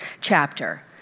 chapter